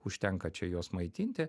užtenka čia juos maitinti